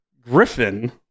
Griffin